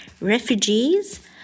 refugees